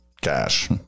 cash